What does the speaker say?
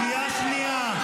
קריאה ראשונה.